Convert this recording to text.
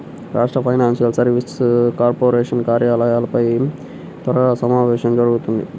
రాష్ట్ర financial services corporation కార్యకలాపాలపై త్వరలో సమావేశం జరుగుతుంది